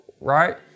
right